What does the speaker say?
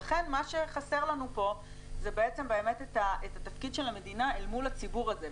ולכן מה שחסר לנו פה הוא באמת התפקיד של המדינה אל מול הציבור הזה.